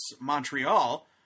Montreal